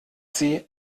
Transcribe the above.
sie